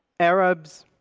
arabs,